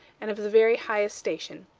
and of the very highest station.